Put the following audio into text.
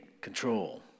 control